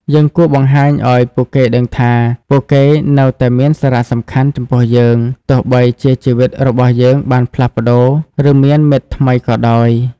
យើងគួរបង្ហាញឱ្យពួកគេដឹងថាពួកគេនៅតែមានសារៈសំខាន់ចំពោះយើង ទោះបីជាជីវិតរបស់យើងបានផ្លាស់ប្តូរ ឬមានមិត្តថ្មីក៏ដោយ។